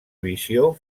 visió